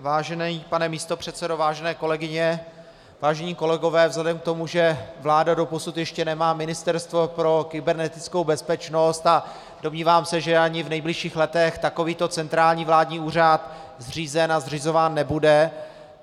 Vážený pane místopředsedo, vážené kolegyně, vážení kolegové, vzhledem k tomu, že vláda dosud ještě nemá ministerstvo pro kybernetickou bezpečnost a domnívám se, že ani v nejbližších letech takovýto centrální vládní úřad zřízen a zřizován nebude,